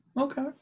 okay